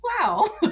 wow